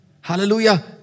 Hallelujah